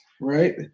right